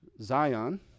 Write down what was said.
zion